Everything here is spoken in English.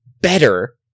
better